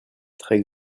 très